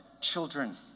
children